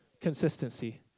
consistency